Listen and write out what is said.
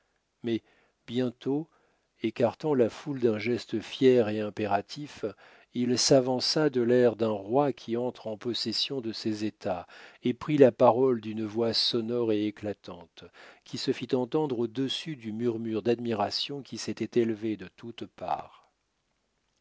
mais bientôt écartant la foule d'un geste fier et impératif il s'avança de l'air d'un roi qui entre en possession de ses états et prit la parole d'une voix sonore et éclatante qui se fit entendre au-dessus du murmure d'admiration qui s'était élevé de toutes parts